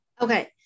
okay